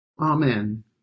Amen